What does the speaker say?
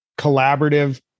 collaborative